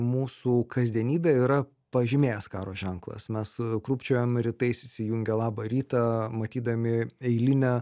mūsų kasdienybę yra pažymėjęs karo ženklas mes krūpčiojam rytais įsijungę labą rytą matydami eilinę